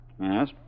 Yes